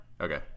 okay